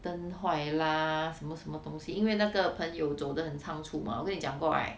灯坏 lah 什么什么东西因为那个朋友走得很仓促嘛我跟你讲过 right